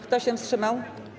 Kto się wstrzymał?